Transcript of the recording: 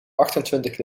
achtentwintig